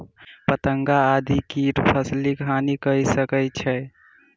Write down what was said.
पतंगा आदि कीट फसिलक हानि कय सकै छै